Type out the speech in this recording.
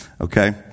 okay